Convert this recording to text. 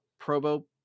Probo